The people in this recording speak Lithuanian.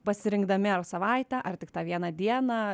pasirinkdami ar savaitę ar tik tą vieną dieną